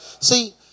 see